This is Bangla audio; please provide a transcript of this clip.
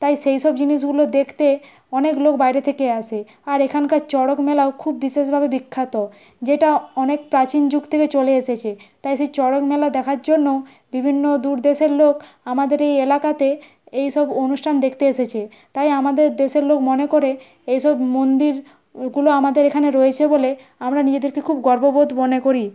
তাই সেইসব জিনিসগুলো দেখতে অনেক লোক বাইরে থেকে আসে আর এখানকার চরক মেলাও খুব বিশেষভাবে বিখ্যাত যেটা অনেক প্রাচীন যুগ থেকে চলে এসেছে তাই সেই চরক মেলা দেখার জন্যও বিভিন্ন দূর দেশের লোক আমাদের এই এলাকাতে এইসব অনুষ্ঠান দেখতে এসেছে তাই আমাদের দেশের লোক মনে করে এইসব মন্দিরগুলো আমাদের এখানে রয়েছে বলে আমরা নিজেদেরকে খুব গর্ববোধ মনে করি